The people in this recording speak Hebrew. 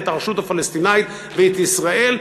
את הרשות הפלסטינית ואת ישראל,